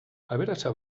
aberatsa